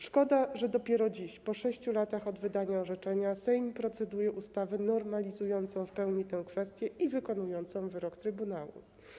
Szkoda, że dopiero dziś, po 6 latach od wydania orzeczenia, Sejm proceduje nad ustawą normalizującą w pełni tę kwestię i wykonującą wyrok trybunału.